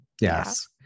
Yes